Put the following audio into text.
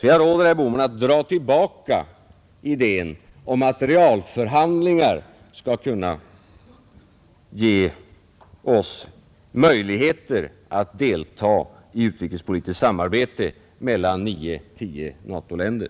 Därför råder jag herr Bohman att dra tillbaka idéen om att realförhandlingar skall kunna ge oss möjligheter att delta i utrikespolitiskt samarbete med nio tio NATO-länder.